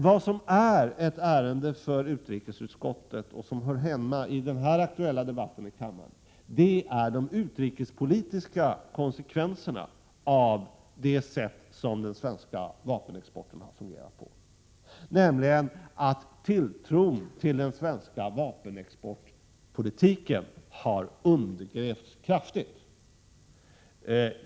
Vad som emellertid är ett ärende för utrikesutskottet och som hör hemma i den här debatten i kammaren är de utrikespolitiska konsekvenserna av det sätt på vilket den svenska vapenexporten har fungerat, nämligen att tilltron till den svenska vapenexportpolitiken kraftigt har undergrävts.